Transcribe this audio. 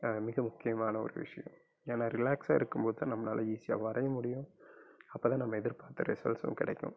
மிக முக்கியமான ஒரு விஷியம் ஏன்னா ரிலாக்ஸாக இருக்குமோதுதான் நம்மளால் ஈஸியாக வரைய முடியும் அப்போ தான் நம்ம எதிர்பார்த்த ரிசல்ட்ஸும் கிடைக்கும்